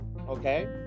okay